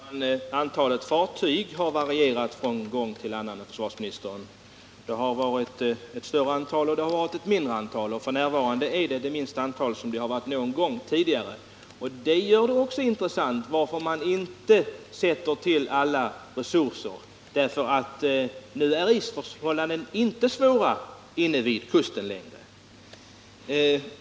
Herr talman! Antalet fartyg har varierat, herr försvarsminister. Det har varit ett större antal, och det har varit ett mindre antal. F. n. är det det minsta antal fartyg som det varit någon gång. Det gör också det hela intressant. Varför sätter man inte till alla resurser? Nu är isförhållandena inte svåra inne vid kusten.